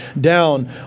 down